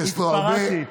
השתלטתי, התפרעתי.